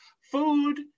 food